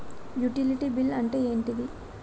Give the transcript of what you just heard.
Utility bill అంటే ఏంటిది?